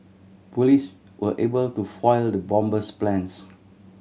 police were able to foil the bomber's plans